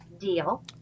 deal